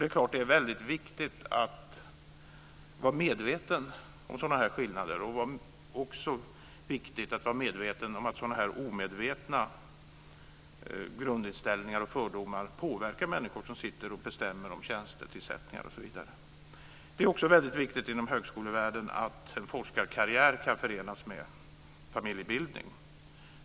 Det är klart att det är viktigt att vara medveten om sådana här skillnader och även om att sådana här omedvetna grundinställningar och fördomar påverkar människor som bestämmer om tjänstetillsättningar osv. Det är också viktigt inom högskolevärlden att en forskarkarriär kan förenas med familjebildning.